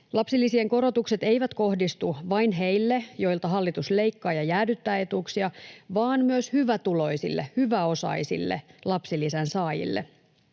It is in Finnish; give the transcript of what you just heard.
Lapsilisien korotukset eivät kohdistu vain heille, joilta hallitus leikkaa ja jäädyttää etuuksia, vaan myös hyvätuloisille, hyväosaisille lapsilisän saajille,